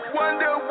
wonder